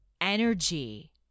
energy